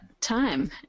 time